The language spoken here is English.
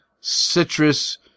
citrus